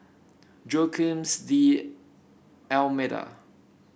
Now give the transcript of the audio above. Joaquim D'Almeida